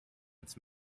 its